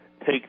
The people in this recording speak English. take